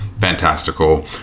fantastical